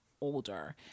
older